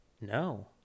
no